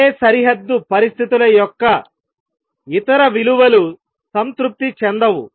k సరిహద్దు పరిస్థితుల యొక్క ఇతర విలువలు సంతృప్తి చెందవు